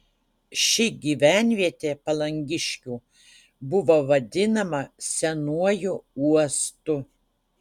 ši gyvenvietė palangiškių buvo vadinama senuoju uostu